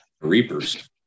Reapers